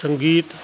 ਸੰਗੀਤ